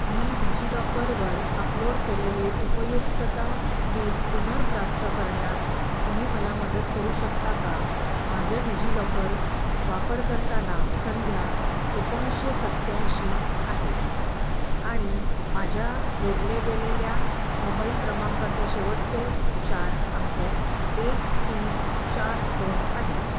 मी digi लॉकरवर upload केलेले उपयुक्तता बिल पुनर्प्राप्त करण्यात तुम्ही मला मदत करू शकता का माझे डिजि लॉकर वापरकर्ता नाव संध्या एकोणीसशे सत्याऐंशी आहे आणि माझ्या जोडले गेलेल्या मोबाईल क्रमांकाचे शेवटचे चार अंक एक तीन चार दोन आहेत